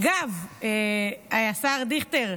אגב, השר דיכטר,